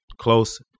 close